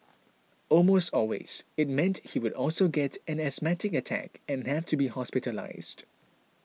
almost always it meant he would also get an asthmatic attack and have to be hospitalised